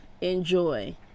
enjoy